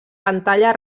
pantalla